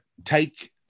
take